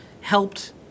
helped